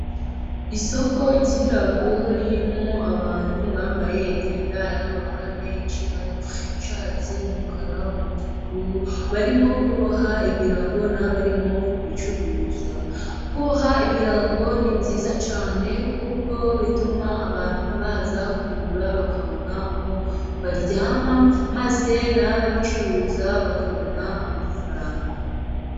Isoko ry'ibirago, ririmo abantu bambaye imyenda y'amabara menshi, harimo icyatsi ,umukara, umutuku ,barimo kuboha ibirago n'abarimo kubicuruza. Kuboha ibirago ni byiza cyane kuko bituma abantu baza kubigura bakabona aho baryama maze n'ababicuruza bakabona amafaranga.